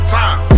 time